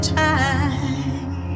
time